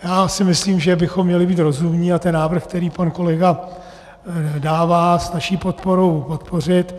Já si myslím, že bychom měli být rozumní a ten návrh, který pan kolega dává s naší podporou, podpořit.